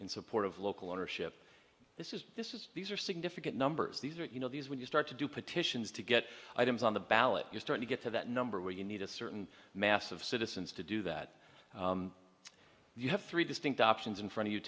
in support of local ownership this is this is these are significant numbers these are you know these when you start to do petitions to get items on the ballot you start to get to that number where you need a certain mass of citizens to do that you have three distinct options in front of you